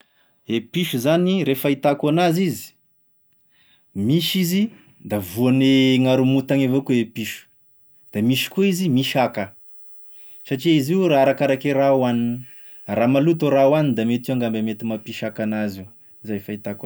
E piso zany, re fahitako an'azy izy, misy izy da voane haromontagny avao koa e piso, da misy koa izy misy haka, satria izy io ra arakaraky raha hoaniny, raha maloto raha hoaniny da mety io ngamba mety mampisy haka an'azy, izay ny fahitako an'azy.